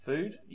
Food